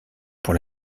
pour